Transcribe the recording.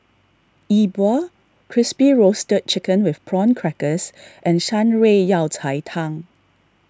E Bua Crispy Roasted Chicken with Prawn Crackers and Shan Rui Yao Cai Tang